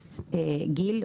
גיל,